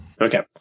Okay